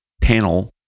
panel